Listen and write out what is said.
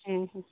ᱦᱮᱸ ᱦᱮᱸ